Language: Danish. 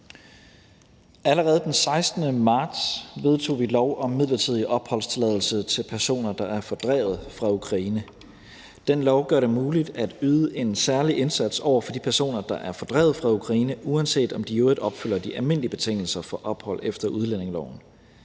Allerede den 16. marts vedtog vi lov om midlertidig opholdstilladelse til personer, der er fordrevet fra Ukraine. Den lov gør det muligt at yde en særlig indsats over for de personer, der er fordrevet fra Ukraine, uanset om de i øvrigt opfylder de almindelige betingelser for ophold efter udlændingeloven.